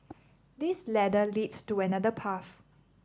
this ladder leads to another path